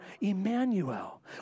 Emmanuel